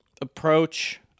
approach